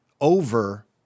over